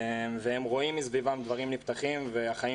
הם רואים מסביבם דברים נפתחים ושהחיים